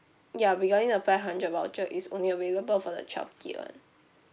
ya regarding the five hundred voucher it's only available for the twelve gig one